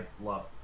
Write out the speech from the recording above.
love